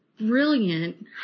Brilliant